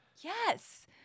Yes